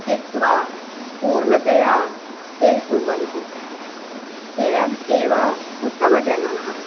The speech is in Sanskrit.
त्यक्त्वा पूर्णतया ते कुर्वन्ति ते एव उत्तमजनाः